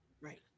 Right